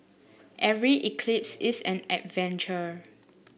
every eclipse is an adventure